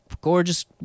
gorgeous